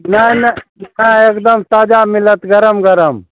नहि नहि नहि एकदम ताजा मिलत गरम गरम